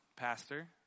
Pastor